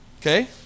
Okay